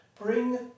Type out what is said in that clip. Bring